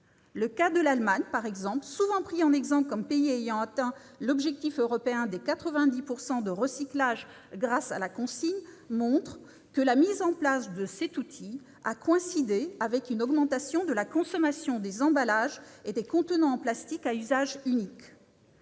Le cas de l'Allemagne, souvent pris en exemple comme pays ayant atteint l'objectif européen des 90 % de recyclage grâce à la consigne, montre que la mise en place de cet outil a coïncidé avec une augmentation de la consommation des emballages et des contenants en plastique à usage unique.